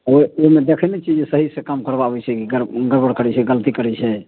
ओहि ओहिमे देखै नहि छियै जे सहीसँ काम करबाबै छै कि गड़ गड़बड़ करै छै गलती करै छै